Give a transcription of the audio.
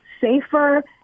safer